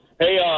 Hey